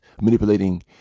manipulating